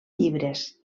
llibres